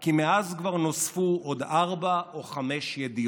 כי מאז כבר נוספו עוד ארבע או חמש ידיעות.